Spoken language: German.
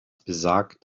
besagt